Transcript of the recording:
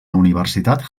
universitat